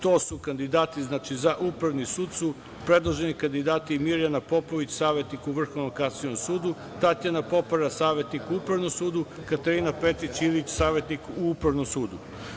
To su kandidati, za Upravni sud su predloženi kandidati: Mirjana Popović, savetnik u Vrhovnom kasacionom sudu, Tatjana Popara, savetnik u Upravnom sudu, Katarina Petrić Ilić, savetnik u Upravnom sudu.